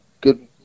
good